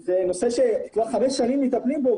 זה נושא שכבר חמש שנים מטפלים בו,